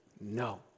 no